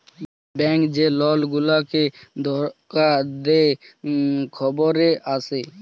bank যে লক গুলাকে ধকা দে খবরে আসে